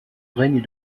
règne